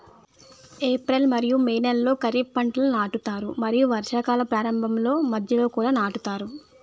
April మరియు May నెలలో ఖరీఫ్ పంటలను నాటుతారు మరియు వర్షాకాలం ప్రారంభంలో మధ్యలో కూడా నాటుతారు